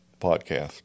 podcast